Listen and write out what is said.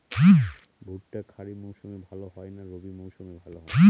ভুট্টা খরিফ মৌসুমে ভাল হয় না রবি মৌসুমে ভাল হয়?